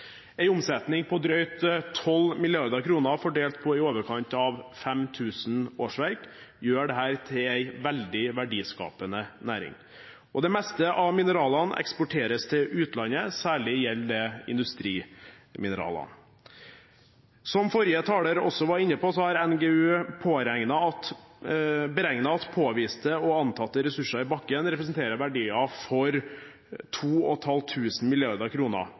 omsetning på drøyt 12 mrd. kr fordelt på i overkant av 5 000 årsverk gjør dette til en veldig verdiskapende næring. Det meste av mineralene eksporteres til utlandet, særlig industrimineraler. Som forrige taler også var inne på, har NGU beregnet at påviste og antatte ressurser i bakken representerer verdier for